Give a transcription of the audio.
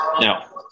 now